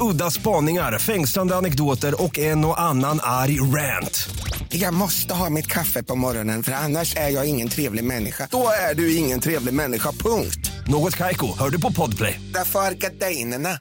Udda spaningar, fängslande anekdoter och en och annan arg rant. Jag måste ha mitt kaffe på morgonen, för annars är jag ingen trevlig människa. Då är du ingen trevlig människa, punkt. Något Kaiko, hör du på Podplay. Därför har jag arkat dig in i den här